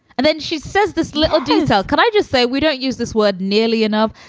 and then she says this little detail. could i just say we don't use this word nearly enough.